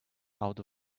out